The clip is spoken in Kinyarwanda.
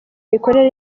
mikorere